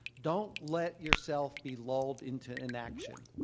don't let yourself be lulled into inaction.